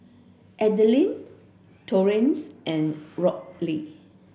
Adelia Torrence and Robley